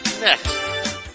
next